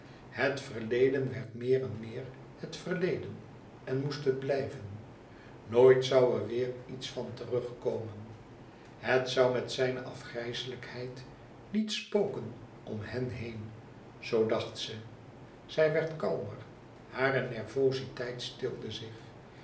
het verleden werd meer en meer het verleden en moest het blijven nooit zoû er weêr iets van terugkomen het zoû met zijne afgrijselijkheid niet spoken om hen heen zoo dacht ze zij werd kalmer hare nervoziteit stilde zich